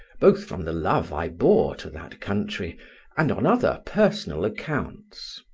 both from the love i bore to that country and on other personal accounts.